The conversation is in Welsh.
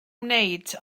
wneud